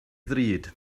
ddrud